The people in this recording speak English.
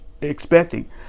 expecting